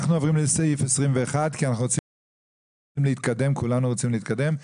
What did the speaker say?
אנחנו עוברים לסעיף 21, כי כולנו רוצים להתקדם.